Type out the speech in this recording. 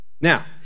Now